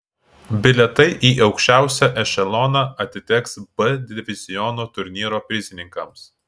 bilietai į aukščiausią ešeloną atiteks b diviziono turnyro prizininkams